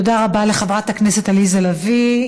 תודה רבה לחברת הכנסת עליזה לביא.